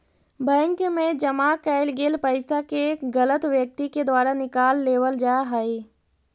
bank मैं जमा कैल गेल पइसा के गलत व्यक्ति के द्वारा निकाल लेवल जा हइ